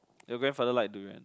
your grandfather like durian ah